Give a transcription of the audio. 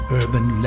urban